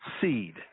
seed